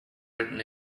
written